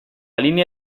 línea